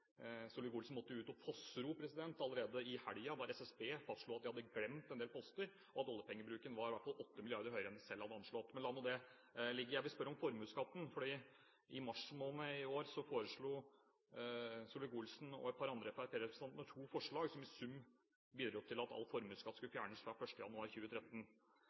Solvik-Olsen måtte jo ut og fossro allerede i helga, da SSB fastslo at de hadde glemt en del poster, og at oljepengebruken i hvert fall var 8 mrd. høyere enn de selv hadde anslått. Men la nå det ligge. Jeg vil spørre om formuesskatten. I mars måned i år fremmet Solvik-Olsen og et par andre fremskrittspartirepresentanter to forslag som i sum bidro til at all formuesskatt skulle fjernes fra 1. januar 2013.